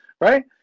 right